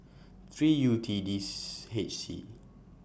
three U T dis H C